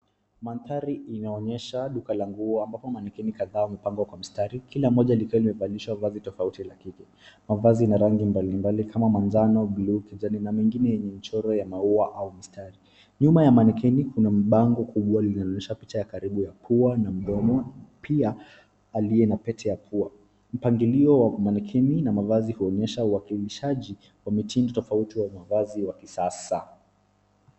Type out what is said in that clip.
Mandhari inaonyesha duka la nguo ambapo manekeni kadhaa wamepangwa kwa mstari kila moja likiwa limevalishwa vazi tofauti la kike. Mavazi na rangi mbalimbali kama manjano , buluu, kijani na mengine yenye michoro ya maua au mistari. Nyuma ya manekeni kuna bango kubwa linaloonyesha picha ya karibu ya pua na mdomo. Pia aliye na pete ya pua. Mpangilio wa manekeni na mavazi huonyesha uwakilishaji na mitindo tofauti wa mavazi wa kisasa.